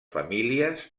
famílies